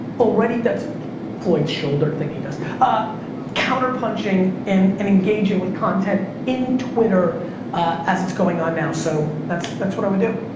already, that's floyd's shoulder thing he does. ah counter-punching and engaging with content in twitter as it's going on now. so, that's that's what i would do.